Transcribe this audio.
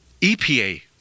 EPA